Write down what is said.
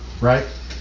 right